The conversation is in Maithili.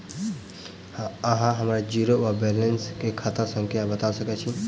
अहाँ हम्मर जीरो वा बैलेंस केँ खाता संख्या बता सकैत छी?